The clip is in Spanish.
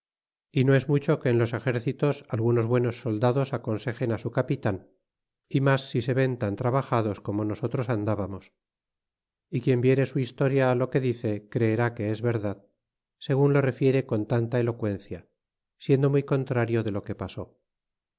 y no es mucho que en los exercitos algunos buenos soldados aconsejen á su capitan y mas si se ven fan trabajados como nosotros andábamos y quien viere su historia lo que dice creerá que es verdad segun lo refiere con tanta eloqüencia siendo muy contrario de lo que pasó